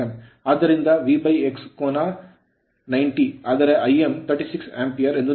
ಆದ್ದರಿಂದ VX ಕೋನ 90 ಆದರೆ Im 36 Ampere ಆಂಪಿಯರ ಎಂದು ನೀಡಲಾಗಿದೆ